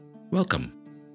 Welcome